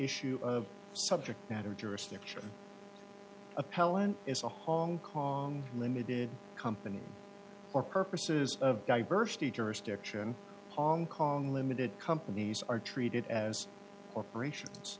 issue of subject matter jurisdiction appellant is a hong kong limited company for purposes of diversity jurisdiction hong kong limited companies are treated as corporations